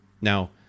Now